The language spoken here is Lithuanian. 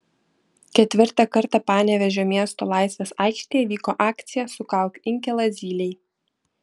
ketvirtą kartą panevėžio miesto laisvės aikštėje vyko akcija sukalk inkilą zylei